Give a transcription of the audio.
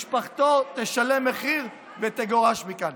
משפחתו תשלם מחיר ותגורש מכאן.